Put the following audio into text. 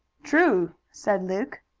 true! said luke.